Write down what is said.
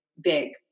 big